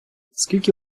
скільки